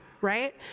right